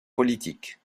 politique